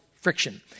friction